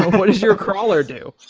what does your crawler do?